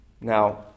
Now